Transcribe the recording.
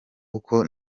uko